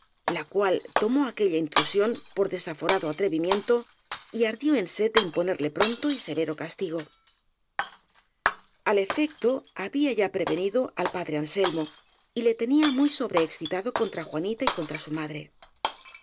la cual tomó aquella intrusión por desafo rado atrevimiento y ardió en sed de imponerle pronto y severo castigo al efecto había ya prevenido al padre anselmo y le tenía muy sobrexcitado contra juanita y con tra su madre